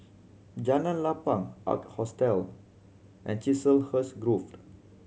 Jalan Lapang Ark Hostel and Chiselhurst Grove